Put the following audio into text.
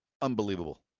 unbelievable